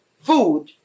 food